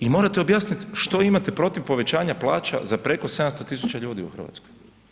I morate objasniti što imate protiv povećanja plaća za preko 700 tisuća ljudi u Hrvatskoj.